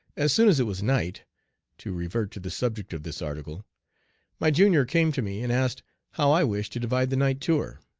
as soon as it was night to revert to the subject of this article my junior came to me and asked how i wished to divide the night tour.